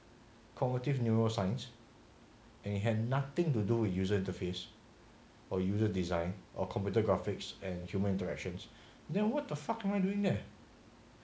cognitive neuroscience and it had nothing to do user interface or user design or computer graphics and human interactions then what the fuck am I doing there